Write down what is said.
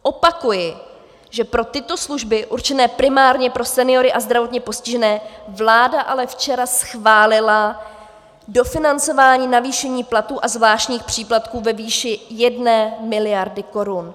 Opakuji, že pro tyto služby určené primárně pro seniory a zdravotně postižené vláda ale včera schválila dofinancování navýšení platů a zvláštních příplatků ve výši 1 mld. korun.